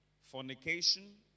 fornication